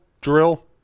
drill